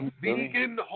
vegan